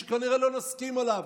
שכנראה לא נסכים עליו,